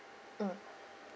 mm